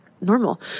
normal